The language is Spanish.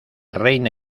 reina